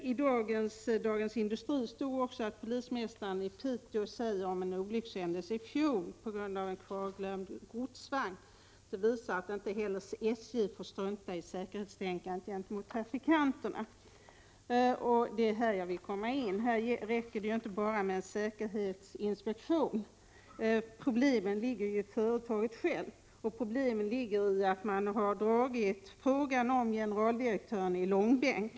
I senaste numret av Dagens Industri säger polismästaren i Piteå beträffande en olyckshändelse i fjol — det gällde en kvarglömd godsvagn — att det som inträffat visar att inte heller SJ får strunta i säkerhetstänkandet gentemot trafikanterna. Det är egentligen det här jag ville komma in på. Det räcker nämligen inte att enbart åstadkomma en säkerhetsinspektion. Problemen är ju att finna i företaget självt, där frågan om en ny generaldirektör verkligen har dragits i långbänk.